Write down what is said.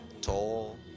Tall